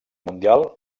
mundial